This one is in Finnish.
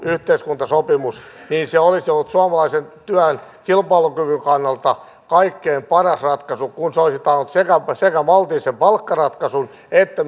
yhteiskuntasopimus olisi saavutettu niin se olisi ollut suomalaisen työn kilpailukyvyn kannalta kaikkein paras ratkaisu kun se olisi taannut sekä maltillisen palkkaratkaisun että